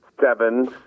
seven